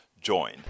join